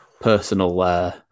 personal